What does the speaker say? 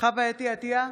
חוה אתי עטייה,